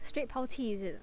straight 抛弃 is it